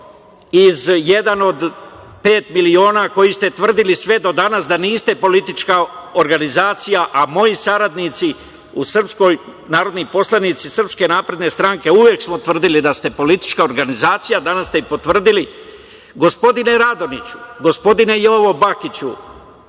iz jedan od pet miliona, koji ste tvrdili sve do danas da niste politička organizacija, a moji saradnici, narodni poslanici SNS, uvek smo tvrdili da ste politička organizacija, danas ste i potvrdili, gospodine Radoniću, gospodine Jovo Bakiću,